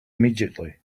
immediately